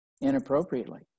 inappropriately